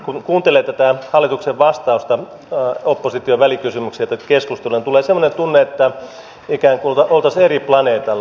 kun kuuntelee hallituksen vastausta opposition välikysymykseen ja tätä keskustelua niin tulee semmoinen tunne että ikään kuin olisimme eri planeetalla